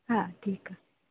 हा ठीकु आहे